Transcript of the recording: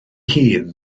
hun